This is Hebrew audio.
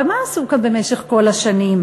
הרי מה עשו כאן במשך כל השנים?